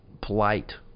polite